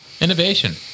Innovation